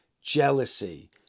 jealousy